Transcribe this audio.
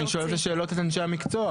אני שואל את השאלות את אנשי המקצוע,